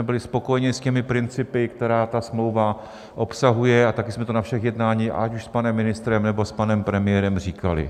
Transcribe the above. Byli jsme spokojeni s těmi principy, které ta smlouva obsahuje, a taky jsme to na všech jednáních, ať už s panem ministrem, nebo s panem premiérem, říkali.